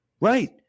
Right